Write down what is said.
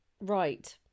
Right